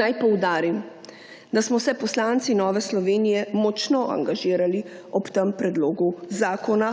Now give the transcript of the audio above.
Naj poudarim, da smo se poslanci Nove Slovenije močno angažirali ob tem predlogu zakona